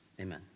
amen